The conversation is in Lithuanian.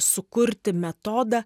sukurti metodą